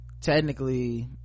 technically